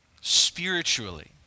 spiritually